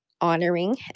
honoring